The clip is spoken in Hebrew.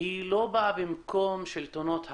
לא באה במקום שלטונות החוק.